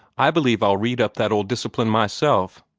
i believe i'll read up that old discipline myself,